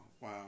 wow